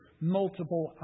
multiple